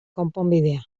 konponbidea